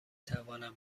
توانم